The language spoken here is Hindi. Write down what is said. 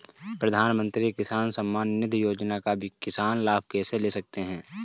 प्रधानमंत्री किसान सम्मान निधि योजना का किसान लाभ कैसे ले सकते हैं?